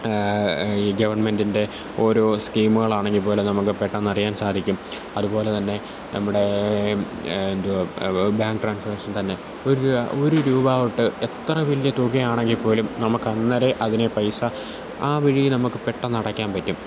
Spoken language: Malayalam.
ഈ ഗവൺമെൻറ്റിൻ്റെ ഓരോ സ്കീമുകളാണെങ്കില്പ്പോലും നമുക്ക് പെട്ടെന്നറിയാൻ സാധിക്കും അതുപോലെതന്നെ നമ്മുടേ എന്ത്വാ ബാങ്ക് ട്രാൻസാക്ഷൻ തന്നെ ഒരു രൂപ ഒര് രൂപാ തുട്ട് എത്ര വലിയ തുകയാണെങ്കില്പ്പോലും നമുക്കന്നേരെ അതിന് പൈസ ആവഴിയിൽ നമ്മള്ക്ക് പെട്ടെന്നടയ്ക്കാന് പറ്റും